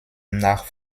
nach